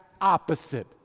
opposite